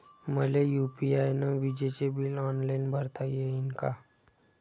मले यू.पी.आय न विजेचे बिल ऑनलाईन भरता येईन का?